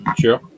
Sure